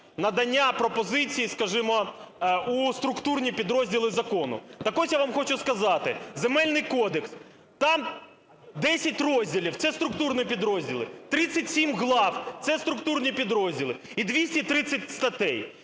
надання пропозицій, скажімо, у структурні підрозділи закону. Так ось, я вам хочу сказати, Земельний кодекс, там 10 розділів – це структурні підрозділі, 37 глав – це структурні підрозділи, і 230 статей.